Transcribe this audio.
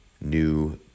new